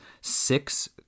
six